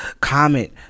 comment